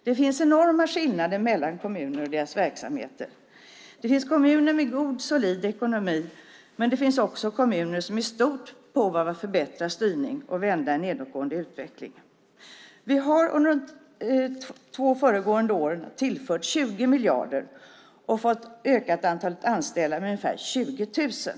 Det finns enorma skillnader mellan kommuner och deras verksamheter. Det finns kommuner med solid ekonomi, men det finns också kommuner som är i stort behov av att förbättra sin styrning och vända en nedåtgående utveckling. Vi har under de två föregående åren tillfört 20 miljarder och ökat antalet anställda med ungefär 20 000.